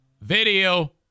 Video